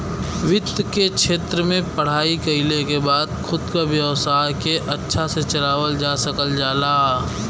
वित्त के क्षेत्र में पढ़ाई कइले के बाद खुद क व्यवसाय के अच्छा से चलावल जा सकल जाला